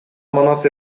манас